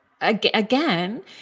again